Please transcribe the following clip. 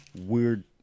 weird